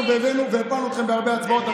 והבאנו והפלנו אתכם בהרבה הצבעות.